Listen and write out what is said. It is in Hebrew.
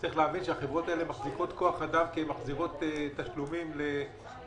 צריך להבין שהחברות האלה מחזיקות כוח אדם כי הן מחזירות תשלומים לאנשים.